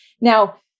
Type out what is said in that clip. Now